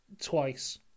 twice